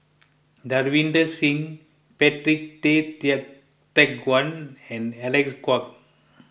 Davinder Singh Patrick Tay Teck Guan and Alec Kuok